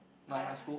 I